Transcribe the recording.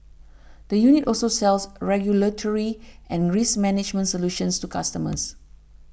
the unit also sells regulatory and risk management solutions to customers